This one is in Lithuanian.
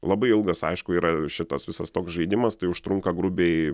labai ilgas aišku yra šitas visas toks žaidimas tai užtrunka grubiai